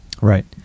right